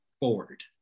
Forward